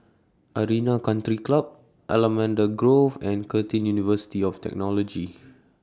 Arena Country Club Allamanda Grove and Curtin University of Technology